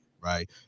Right